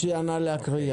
מצוין, נא להקריא.